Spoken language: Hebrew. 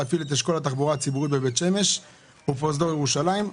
להפעיל את התחבורה הציבורית בבית שמש ובפרוזדור ירושלים.